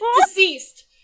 Deceased